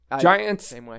Giants